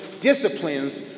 disciplines